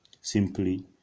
simply